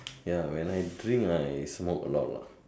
ya when I drink I smoke alot lah